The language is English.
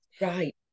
right